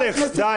אלכס, די.